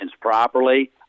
properly